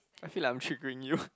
I feel like I'm triggering you